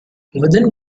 within